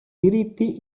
diritti